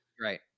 Right